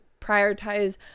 prioritize